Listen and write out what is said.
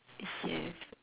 yes